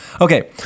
Okay